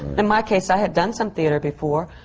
in my case, i had done some theatre before,